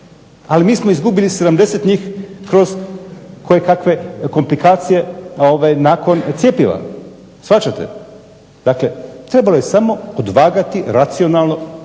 ali mi smo izgubili 70 njih kroz kojekakve komplikacije nakon cjepiva, shvaćate. Dakle, trebalo je samo odvagati racionalno